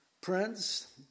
prince